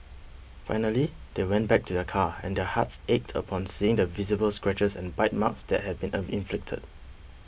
finally they went back to their car and their hearts ached upon seeing the visible scratches and bite marks that had been inflicted